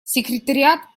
секретариат